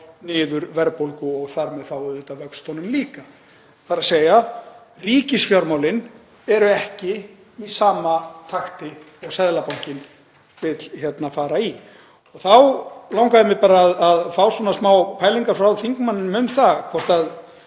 niður verðbólgu og þar með þá auðvitað vöxtunum líka, þ.e. ríkisfjármálin eru ekki í sama takti og Seðlabankinn vill fara í. Þá langaði mig bara að fá svona smá pælingar frá þingmanninum um það hvort það